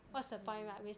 okay